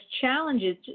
challenges